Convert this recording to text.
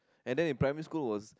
and then in primary school was